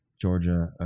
Georgia